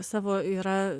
savo yra